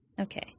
Okay